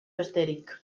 besterik